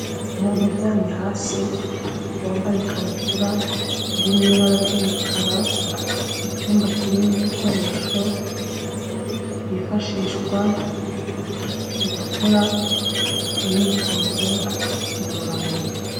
Umuntu uryamye hasi, wambaye ikabutura iri mu ibara ry'umukara, icyumba kirimo ibikoresho byifashishwa mu gukora imyitozo ngororamubiri.